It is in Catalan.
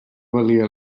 valia